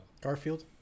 Garfield